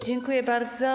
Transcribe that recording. Dziękuję bardzo.